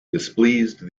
displeased